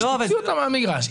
תוציא אותה מהמגרש.